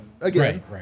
again